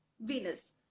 venus